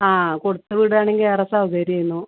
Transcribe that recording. ആ കൊടത്ത് വിടുവാണെങ്കിൽ ഏറെ സൗകര്യമായിരുന്നു